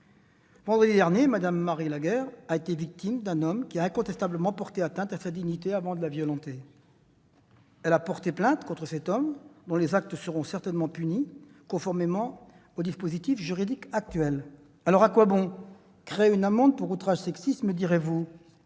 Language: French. Vendredi dernier, Mme Marie Laguerre a été victime d'un homme qui a incontestablement porté atteinte à sa dignité avant de la violenter. Elle a porté plainte contre cet homme, dont les actes seront certainement punis, conformément au dispositif juridique actuel. Alors, à quoi bon créer une amende pour outrage sexiste, me direz-vous ?